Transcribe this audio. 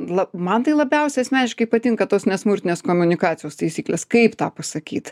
la man tai labiausiai asmeniškai patinka tos nesmurtinės komunikacijos taisyklės kaip tą pasakyt